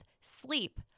sleep